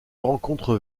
rencontre